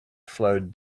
flowed